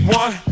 one